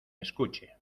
escuche